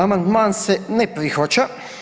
Amandman se ne prihvaća.